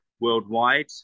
worldwide